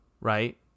right